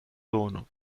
dono